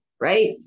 right